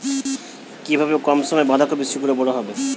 কিভাবে কম সময়ে বাঁধাকপি শিঘ্র বড় হবে?